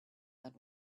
that